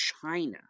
China